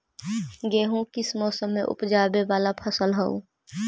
गेहूं किस मौसम में ऊपजावे वाला फसल हउ?